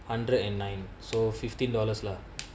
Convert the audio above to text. hundred and nine so fifteen dollars lah